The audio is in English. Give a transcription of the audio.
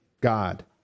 God